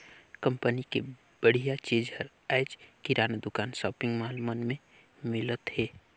company के बड़िहा चीज हर आयज किराना दुकान, सॉपिंग मॉल मन में मिलत हे